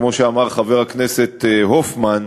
כמו שאמר חבר הכנסת הופמן,